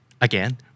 again